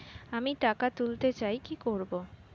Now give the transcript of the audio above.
আমি টাকা তুলতে চাই কি করব?